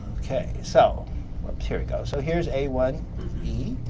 okay, so here we go. so here is a one e